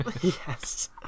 Yes